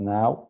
now